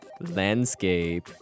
landscape